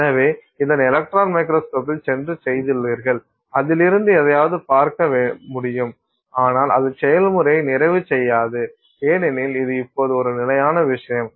எனவே இதை எலக்ட்ரான் மைக்ரோஸ்கோபியில் சென்று செய்துள்ளீர்கள் அதிலிருந்து எதையாவது பார்க்க முடியும் ஆனால் அது செயல்முறையை நிறைவு செய்யாது ஏனெனில் இது இப்போது ஒரு நிலையான விஷயம்